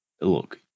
look